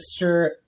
Mr